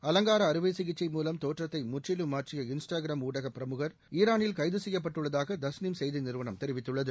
அலங்கார அறுவை சிகிச்சை மூலம் தோற்றத்தை முற்றிலும் மாற்றிய இன்ஸ்டாகிராம் ஊடக பிரமுகர் ஈரானில் கைது செய்யப்பட்டுள்ளதாக தஸ்னிம் செய்தி நிறுவனம் தெரிவித்துள்ளது